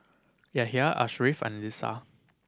Yahya Ashraff and Lisa